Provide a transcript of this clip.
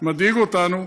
מדאיג אותנו.